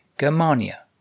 Germania